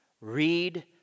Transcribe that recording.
Read